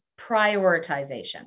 prioritization